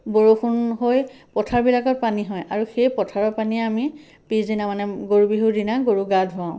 বৰষুণ হৈ পথাৰবিলাকত পানী হয় আৰু সেই পথাৰৰ পানীয়ে পিছদিনা মানে গৰু বিহুৰ দিনা গৰু গা ধুৱাওঁ